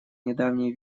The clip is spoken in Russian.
недавний